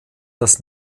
das